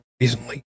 recently